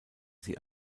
sie